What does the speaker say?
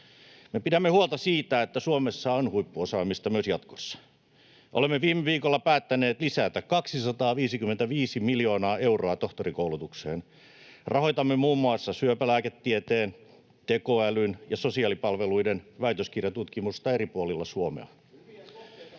pidämme huolta siitä, että Suomessa on huippuosaamista myös jatkossa. Me olemme viime viikolla päättäneet lisätä 255 miljoonaa euroa tohtorikoulutukseen. Rahoitamme muun muassa syöpälääketieteen, tekoälyn ja sosiaalipalveluiden väitöskirjatutkimusta eri puolilla Suomea.